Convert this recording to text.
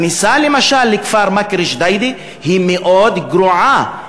הכניסה, למשל לכפר מכר-ג'דיידה, היא מאוד גרועה.